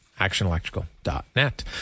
ActionElectrical.net